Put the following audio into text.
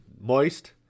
moist